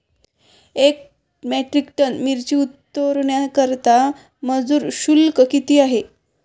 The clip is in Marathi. एक मेट्रिक टन मिरची उतरवण्याकरता मजूर शुल्क किती आहे?